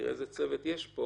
תראה איזה צוות יש פה